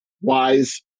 wise